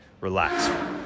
relax